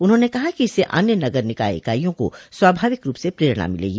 उन्होंने कहा कि इससे अन्य नगर निकाये इकाईयों को स्वाभाविक रूप से प्रेरणा मिलेगी